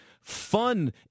fun